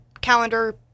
calendar